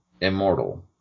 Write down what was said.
immortal